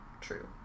true